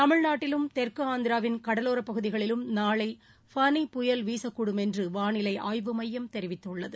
தமிழ்நாட்டிலும் தெற்குஆந்திராவின் கடலோரப் பகுதிகளிலும் நாளை ஃபானி புயல் வீசக்கூடும் என்றுவானிலைஆய்வு மையம் தெரிவித்துள்ளது